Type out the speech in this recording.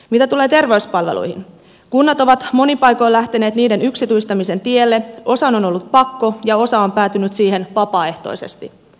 mitä tulee terveyspalveluihin kunnat ovat monin paikoin lähteneet niiden yksityistämisen tielle osan on ollut pakko ja osa on päätynyt siihen vapaaehtoisesti